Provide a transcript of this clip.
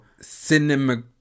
cinema